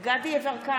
דסטה גדי יברקן,